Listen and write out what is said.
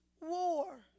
war